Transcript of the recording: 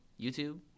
YouTube